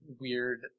weird